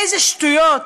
איזה שטויות.